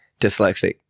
dyslexic